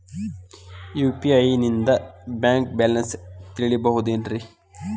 UPI ನಿಂದ bank balance ತಿಳಿಬಹುದೇನ್ರಿ?